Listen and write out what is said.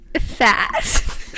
fast